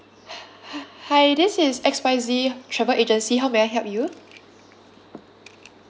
ha~ ha~ hi this is X Y Z travel agency how may I help you